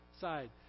side